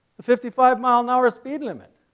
fifty five mph speed limit,